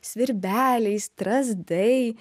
svirbeliai strazdai